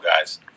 guys